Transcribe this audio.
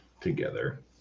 together